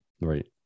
right